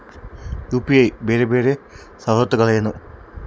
UPI ಬೇರೆ ಬೇರೆ ಸವಲತ್ತುಗಳೇನು?